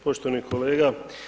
Poštovani kolega.